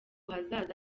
hazaza